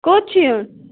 کوٚت چھِ یُن